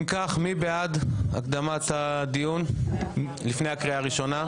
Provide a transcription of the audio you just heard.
אם כך, מי בעד הקדמת הדיון לפני הקריאה הראשונה?